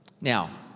Now